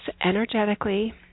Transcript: energetically